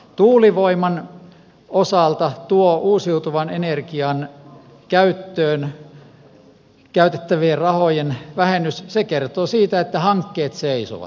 tuulivoiman osalta uusiutuvan energian käyttöön käytettävien rahojen vähennys kertoo siitä että hankkeet seisovat